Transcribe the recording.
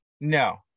No